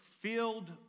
filled